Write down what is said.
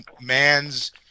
man's